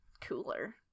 Cooler